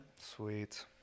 Sweet